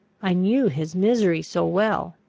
i knew his misery so well,